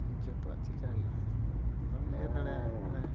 ᱡᱚᱛᱚᱣᱟᱜ ᱪᱮᱠᱟ ᱦᱩᱭᱩᱜᱼᱟ ᱵᱟᱢ ᱩᱭᱦᱟᱹᱨ ᱫᱟᱲᱮᱭᱟᱜᱼᱟ